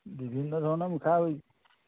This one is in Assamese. বিভিন্ন ধৰণৰ মুখা